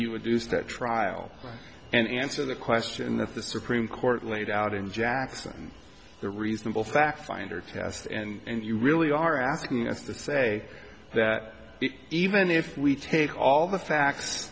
you would use that trial and answer the question if the supreme court laid out in jackson the reasonable fact finder test and you really are asking us to say that even if we take all the facts